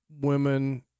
women